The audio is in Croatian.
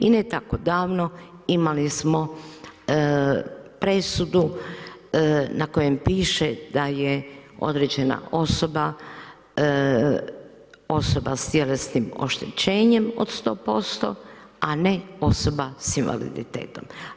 I ne tako davno imali smo presudu na kojem piše da je određena osoba, osoba s tjelesnim oštećenjem od 100%, a ne osoba s invaliditetom.